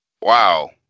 Wow